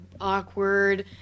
awkward